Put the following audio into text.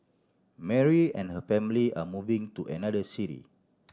Mary and her family are moving to another city